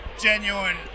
genuine